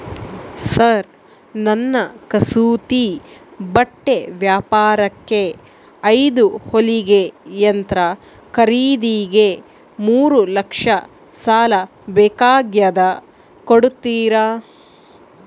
Sir ನನ್ನ ಕಸೂತಿ ಬಟ್ಟೆ ವ್ಯಾಪಾರಕ್ಕೆ ಐದು ಹೊಲಿಗೆ ಯಂತ್ರ ಖರೇದಿಗೆ ಮೂರು ಲಕ್ಷ ಸಾಲ ಬೇಕಾಗ್ಯದ ಕೊಡುತ್ತೇರಾ?